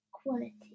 quality